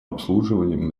обслуживанием